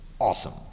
awesome